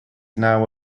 now